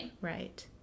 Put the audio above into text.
Right